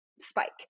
spike